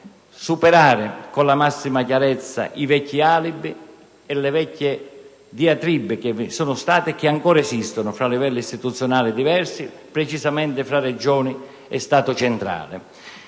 superare con la massima chiarezza i vecchi alibi e le vecchie diatribe, che ancora esistono, fra i diversi livelli istituzionali e, precisamente, fra Regioni e Stato centrale.